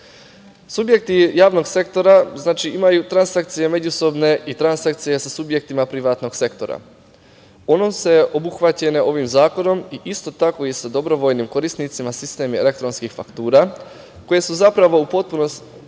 izbora. Subjekti javnog sektora, znači, imaju transakcije međusobne i transakcije sa subjektima privatnog sektora, one su obuhvaćene ovim zakonom i isto tako i sa dobrovoljnim korisnicima sistem elektronskih faktura, koje su zapravo u potpuno